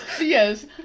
Yes